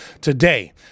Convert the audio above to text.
today